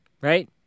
right